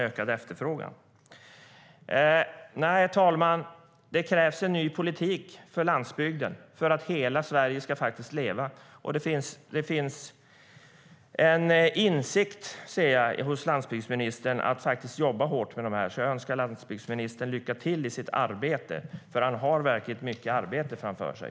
Herr talman! Det krävs en ny politik för landsbygden för att hela Sverige faktiskt ska leva. Jag ser att det finns en insikt hos landsbygdsministern att vi måste jobba hårt med det här. Jag önskar landsbygdsministern lycka till i sitt arbete, för han har verkligt mycket arbete framför sig.